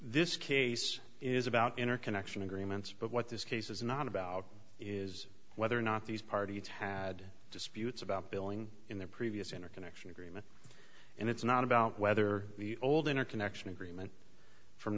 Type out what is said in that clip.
this case is about interconnection agreements but what this case is not about is whether or not these parties had disputes about billing in their previous interconnection agreement and it's not about whether the old interconnection agreement from